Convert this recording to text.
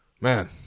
man